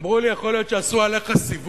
אמרו לי: יכול להיות שעשו עליך סיבוב.